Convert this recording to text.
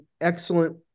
excellent